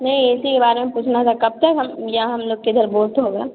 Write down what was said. नहीं इसी के बारे में पूछना था कब तक हम यहाँ हम लोग के घर बोट होगा